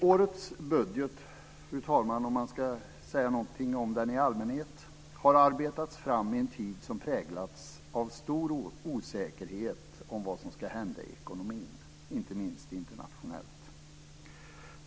Årets budget, fru talman, om man ska säga någonting om den i allmänhet, har arbetats fram i en tid som präglats av stor osäkerhet om vad som ska hända i ekonomin, inte minst internationellt.